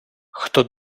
хто